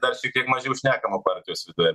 dar šiek tiek mažiau šnekama partijos viduje